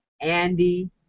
Andy